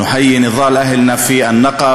אנו מברכים את מאבק אנשינו בנגב,